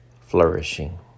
Flourishing